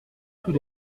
tout